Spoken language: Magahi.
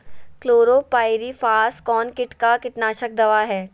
क्लोरोपाइरीफास कौन किट का कीटनाशक दवा है?